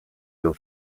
your